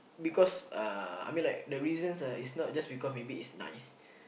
because uh I mean like the reasons ah is not just maybe because it's nice